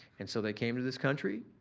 and so, they came to this country